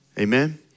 Amen